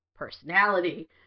personality